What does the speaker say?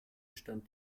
stand